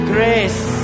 Grace